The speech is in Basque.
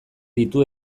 ditu